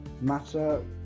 matter